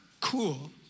cool